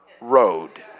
road